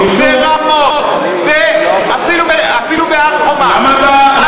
ברמות ואפילו בהר-חומה.